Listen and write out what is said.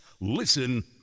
Listen